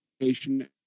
education